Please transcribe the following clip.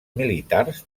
militars